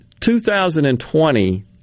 2020